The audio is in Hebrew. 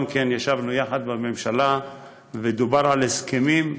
עוד כשישבנו יחד בממשלה ודובר על הסכמים,